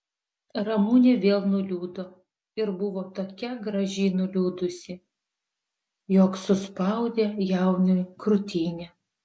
ramunė vėl nuliūdo ir buvo tokia graži nuliūdusi jog suspaudė jauniui krūtinę